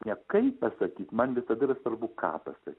ne kaip pasakyt man visada yra svarbu ką pasa